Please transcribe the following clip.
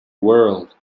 world